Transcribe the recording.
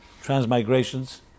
transmigrations